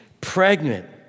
pregnant